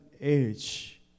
age